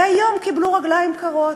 והיום קיבלו רגליים קרות,